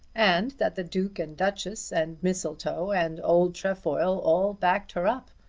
and that the duke and duchess and mistletoe, and old trefoil, all backed her up.